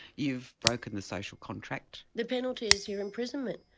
you've broken the social contract. the penalty is your imprisonment.